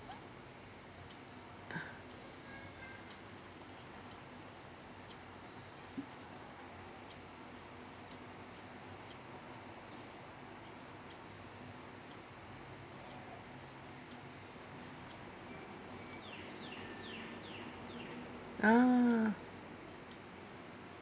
ah